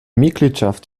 mitgliedschaft